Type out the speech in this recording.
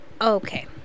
Okay